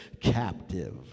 captive